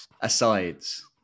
asides